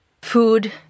Food